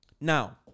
now